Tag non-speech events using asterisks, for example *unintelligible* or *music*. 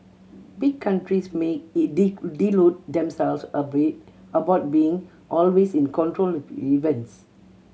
big countries may *unintelligible* delude themselves *unintelligible* about being always in control of events